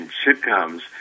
sitcoms